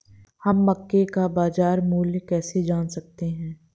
हम मक्के का बाजार मूल्य कैसे जान सकते हैं?